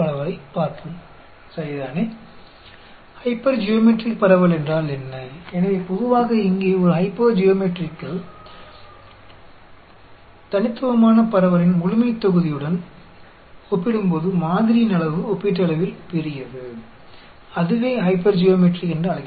और यह Poisson distribution से संबंधित है इस अर्थ में पॉइसन डिस्ट्रीब्यूशन आपको घटनाओं की संख्या बताता है जबकि एक्सपोनेंशियल डिस्ट्रीब्यूशन आपको दो घटनाओं के बीच का समय बताता है